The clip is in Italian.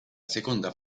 seconda